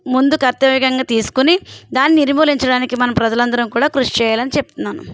ముందు కర్తవ్యంగా తీసుకుని దాన్ని నిర్మూలించడానికి మనం ప్రజలందరూ కూడా కృషి చేయాలని చెప్తున్నాను